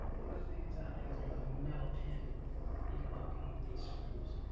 what i think is happening is, there's a metal pin interlocking with these screws.